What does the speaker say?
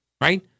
right